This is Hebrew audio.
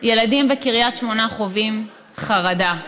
ילדים בקריית שמונה חווים חרדה.